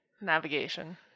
Navigation